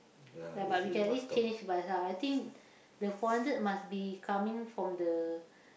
ya but we can at least change bus ah I think the four hundred must be coming from the